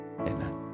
Amen